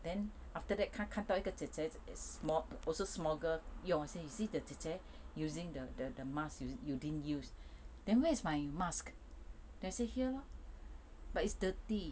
then after that 她看到一个姐姐 sm~ also small girl 用 you see the 姐姐 using the mask you didn't use then where is my mask I say here lor but it's dirty